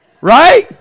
right